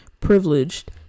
privileged